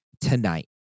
tonight